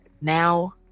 Now